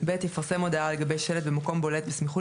יפרסם הודעה על גבי שלט במקום בולט בסמיכות